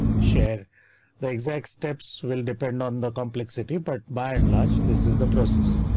share the exact steps will depend on the complexity, but by and large this is the process.